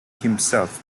himself